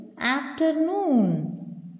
Afternoon